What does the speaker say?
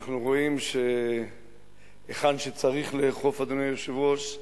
אנחנו רואים, היכן שצריך לאכוף, אדוני היושב-ראש,